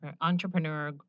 entrepreneur